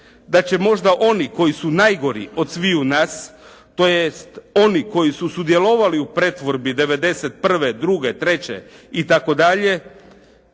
da će možda oni koji su možda najgori od sviju nas tj. oni koji su sudjelovali u pretvorbi '91., druge,